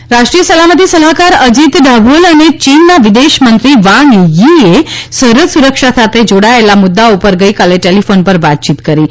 ડાભોલ રાષ્ટ્રીય સલામતી સલાહકાર અજીત ડાભોલ અને યીનના વિદેશ મંત્રી વાંગ થી એ સરહદ સુરક્ષા સાથે જોડાયેલા મુદ્દાઓ ઉપર ગઇકાલે ટેલીફોન ઉપર વાતયીત કરી છે